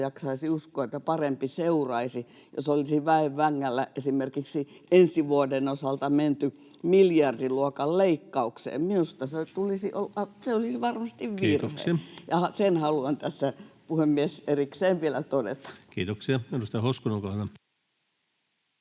jaksaisi uskoa, että parempaa seuraisi, jos olisi väenvängällä esimerkiksi ensi vuoden osalta menty miljardiluokan leikkaukseen. Minusta se olisi varmasti virhe, [Puhemies: Kiitoksia!] ja sen haluan tässä,